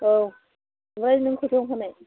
औ ओमफ्राय नों कयतायाव ओंखारनो